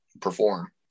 perform